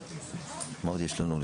מה עוד יש לנו?